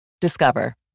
Discover